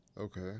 Okay